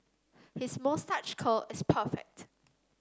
his moustache curl is perfect